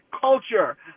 culture